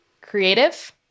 creative